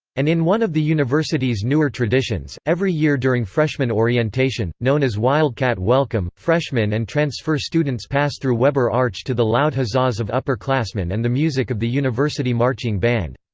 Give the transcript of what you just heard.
and in one of the university's newer traditions, every year during freshman orientation, known as wildcat welcome, freshmen and transfer students pass through weber arch to the loud huzzahs of upperclassmen and the music of the university marching band.